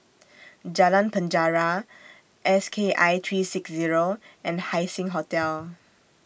Jalan Penjara S K I three six Zero and Haising Hotel